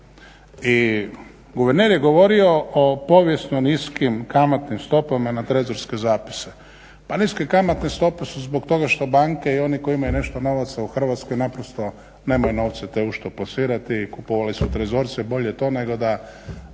I guverner je govorio o povijesno niskim kamatnim stopama na trezorske zapise. Pa niske kamatne stope su zbog toga što banke i oni koji imaju nešto novaca u Hrvatskoj naprosto nemaju novce te u što plasirati i kupovali su trezorce, bolje to nego da